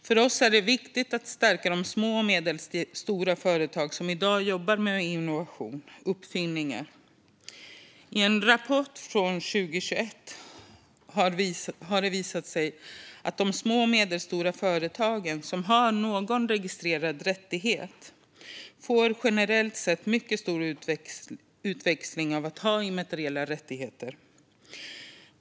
För oss är det viktigt att stärka de små och medelstora företag som i dag jobbar med innovation och uppfinningar. Enligt en rapport från 2021 får de små och medelstora företag som har någon registrerad rättighet generellt sett mycket stor utväxling av att ha immateriella rättigheter.